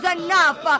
enough